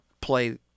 play